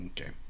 Okay